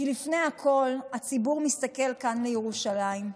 כי לפני הכול, הציבור מסתכל לכאן, לירושלים.